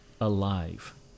alive